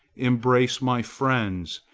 embrace my friends,